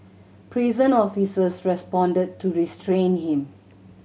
prison officers responded to restrain him